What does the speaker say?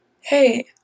Hey